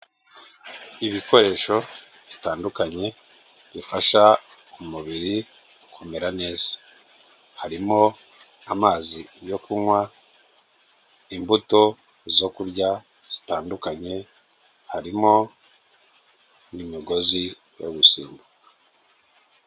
Ibikoresho bitandukanye bifasha umubiri kumera neza, harimo: amazi yo kunywa, imbuto zo kurya zitandukanye, harimo n'imigozi yo gusimbuka.